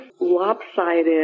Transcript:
lopsided